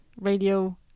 radio